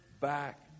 back